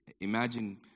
Imagine